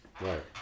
right